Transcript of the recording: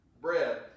bread